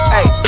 Hey